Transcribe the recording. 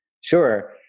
Sure